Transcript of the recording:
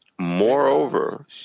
Moreover